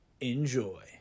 Enjoy